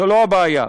לא זו הבעיה,